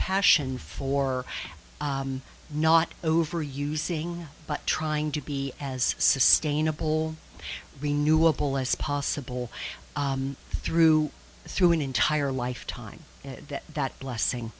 passion for not overusing but trying to be as sustainable renewable as possible through through an entire lifetime that blessing